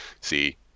See